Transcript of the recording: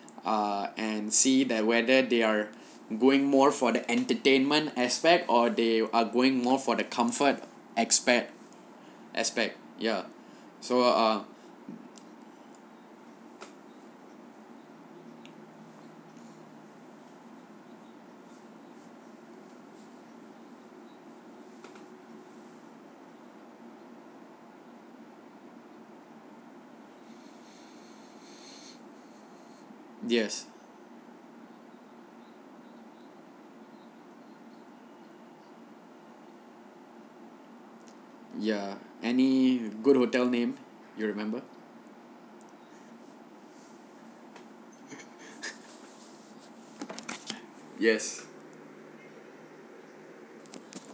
ah and see that whether they are going more for the entertainment aspect or they are going more for the comfort aspect aspect ya so uh yes ya any good hotel name you remember yes